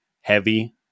heavy